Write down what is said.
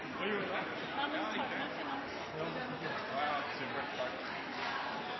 Då er